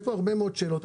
יש פה הרבה מאוד שאלות.